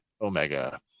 omega